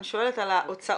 אני שואלת על ההוצאות,